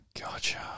Gotcha